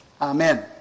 Amen